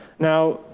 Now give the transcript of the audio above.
now,